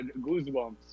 Goosebumps